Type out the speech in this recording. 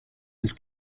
was